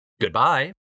Goodbye